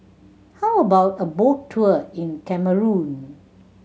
how about a boat tour in Cameroon